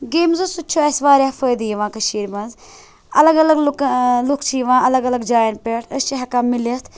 گیمزو سۭتۍ چھُ اسہِ واریاہ فٲیِدٕ یِوان کٔشیٖرِ منٛز اَلگ اَلگ لُکَن لُکھ چھِ یِوان الگ الگ جایَن پٮ۪ٹھ أسۍ چھِ ہیٚکان مِلِتھ